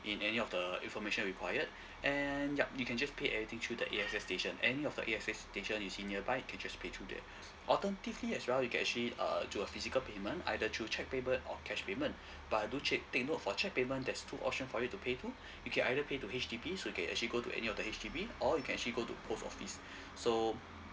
in any of the information required and yup you can just pay anything through the A_X_S station any of the A_X_S station you see nearby you can just pay through there alternatively as well you can actually uh through a physical payment either through cheque payment or cash payment but do check take note for cheque payment there's two option for you to pay to you can either pay to H_D_B so you can actually go to any of the H_D_B or you can actually go to post office so